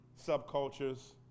subcultures